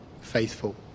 faithful